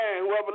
whoever